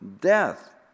death